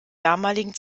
damaligen